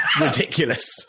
ridiculous